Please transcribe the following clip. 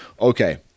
Okay